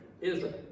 Israel